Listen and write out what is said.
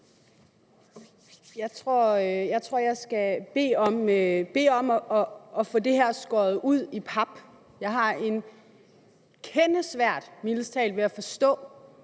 Jeg tror, at jeg skal bede om at få det her skåret ud i pap. Jeg har mildest talt en kende svært ved at forstå